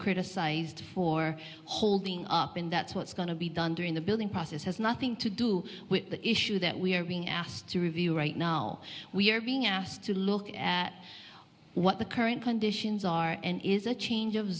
criticized for holding up and that's what's going to be done during the building process has nothing to do with the issue that we are being asked to review right now we're being asked to look at what the current conditions are and